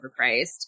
overpriced